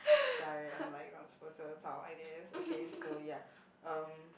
sorry I'm like not supposed to talk like this okay so ya um